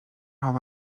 how